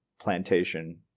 plantation